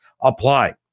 apply